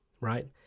right